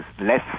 less